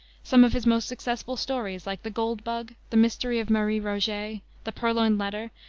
some of his most successful stories, like the gold bug, the mystery of marie roget, the purloined letter,